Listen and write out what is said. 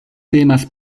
temas